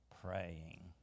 praying